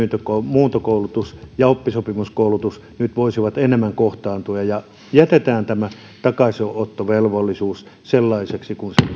että muuntokoulutus ja oppisopimuskoulutus nyt voisivat enemmän kohtaantua ja jätetään tämä takaisinottovelvollisuus sellaiseksi kuin